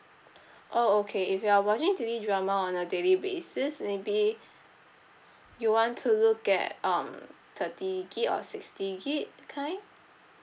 oh okay if you are watching T_V drama on a daily basis maybe you want to look at um thirty gigabyte or sixty gigabyte kind